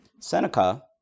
Seneca